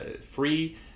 free